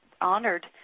honored